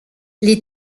les